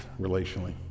relationally